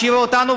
השאירה אותנו,